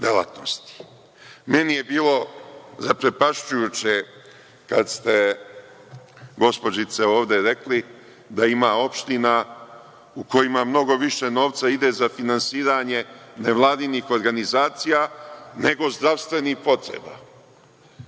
Meni je bilo zaprepašćujuće kad ste gospođice ovde rekli da ima opština u kojima mnogo više novca ide za finansiranje nevladinih organizacija, nego zdravstvenih potreba.